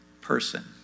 person